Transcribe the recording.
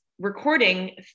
recording